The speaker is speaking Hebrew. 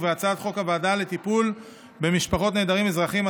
ובהצעת חוק הוועדה לטיפול במשפחות נעדרים אזרחיים,